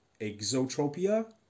Exotropia